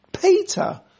Peter